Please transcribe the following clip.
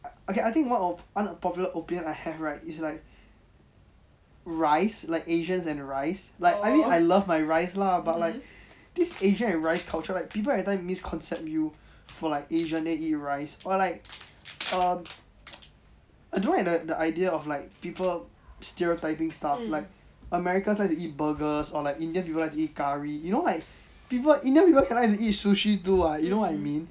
I think one unpopular opinion I have right it's like rice like asians and rice like I mean I love my rice lah but like this asian and rice culture like people everytime misconcept you for like asian eat rice or like um I don't like the idea of like people stereotyping stuff like americans like to eat burgers or like indian people like to eat curry you know like people indian people can like to eat sushi too what you know what I mean